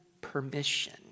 permission